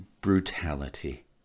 brutality